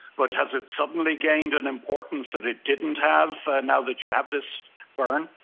but has it suddenly gained an importance that it didn't have, now that you have this burn?